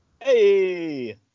Hey